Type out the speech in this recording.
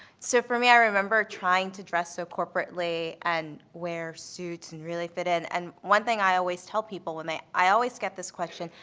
so for me, i remember trying to dress so corporately and wear suits and really fit in. and one thing i always tell people, and i always get this question,